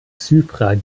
zyprer